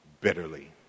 bitterly